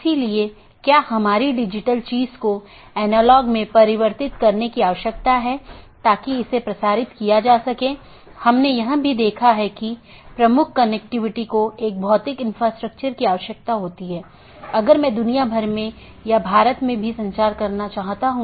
BGP या border gateway protocol बाहरी routing protocol है जो ऑटॉनमस सिस्टमों के पार पैकेट को सही तरीके से रूट करने में मदद करता है